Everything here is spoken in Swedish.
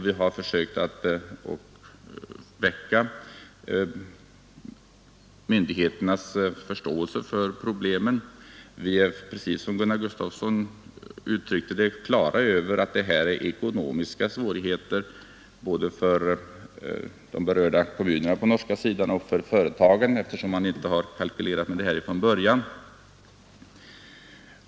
Vi har försökt vinna myndigheternas förståelse för att åtgärder måste vidtas. Vi har, som Gunnar Gustafsson uttryckte det, klart för oss att detta betyder ekonomiska svårigheter både för berörda kommuner på norska sidan och för företagen, eftersom man inte kalkylerat med det från början.